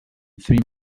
three